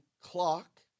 clock